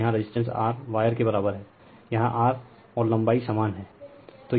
और यहाँ resistance R wire के बराबर है यहाँ R और लंबाई समान है